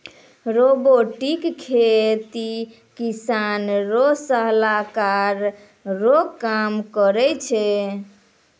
robotic खेती किसान रो सलाहकार रो काम करै छै